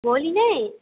भोलि नै